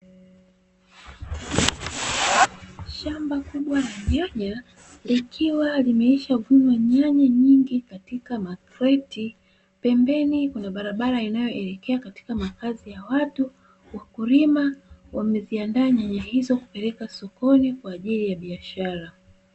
Shamba kubwa la nyanya likiwa limeshavunwa nyanya nyingi katika makreti, pembeni kuna barabara inayoelekea katika makazi ya watu. Wakulima wameziandaa nyanya hizo kupeleka sokoni kwa ajili ya biashara.